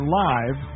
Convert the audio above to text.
live